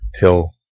till